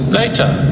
later